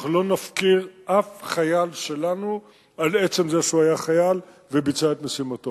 אנחנו לא נפקיר אף חייל שלנו על עצם זה שהוא היה חייל וביצע את משימתו,